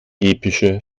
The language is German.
epische